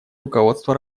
руководство